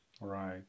right